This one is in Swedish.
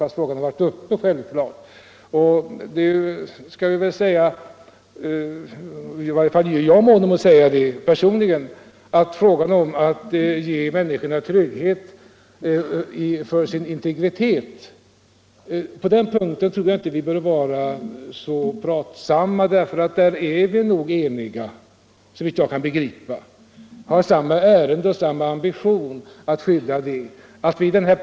Jag är personligen angelägen att säga att vi när det gäller frågan om att ge människorna skydd för sin personliga integritet nog är eniga, och därför behöver vi på den punkten inte vara så pratsamma. Vi har samma ambitioner att skydda den personliga integriteten.